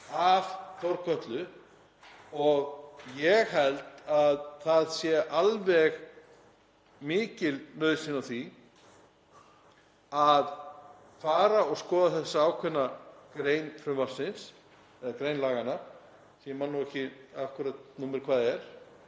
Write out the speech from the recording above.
af Þórkötlu. Ég held að það sé alveg mikil nauðsyn á því að fara og skoða þessa ákveðnu grein frumvarpsins, eða grein laganna, sem ég man ekki akkúrat númer hvað er,